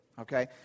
okay